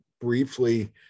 briefly